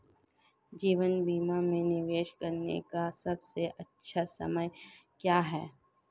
जीवन बीमा में निवेश करने का सबसे अच्छा समय क्या है?